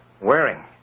Waring